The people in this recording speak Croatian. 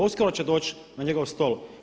Uskoro će doći na njegovo stol.